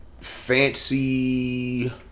fancy